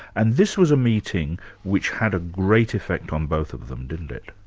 and this was a meeting which had a great effect on both of them, didn't it?